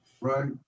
Right